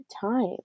time